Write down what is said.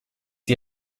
die